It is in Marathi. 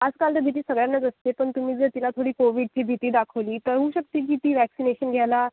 आजकाल तर भीती सगळ्यांनाच असते पण तुम्ही जर तिला थोडी कोविडची भीती दाखवली तर होऊ शकते की ती वॅक्सिनेशन घ्यायला